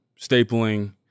stapling